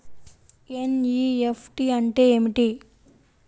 NEFT అంటే ఏమిటి?